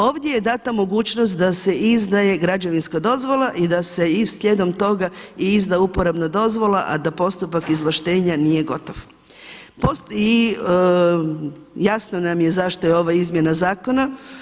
Ovdje je dana mogućnost da se izdaje građevinska dozvola i da se slijedom toga izda i uporabna dozvola, a da postupak izvlaštenja nije gotov i jasno nam je zašto je ova izmjena zakona.